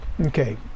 Okay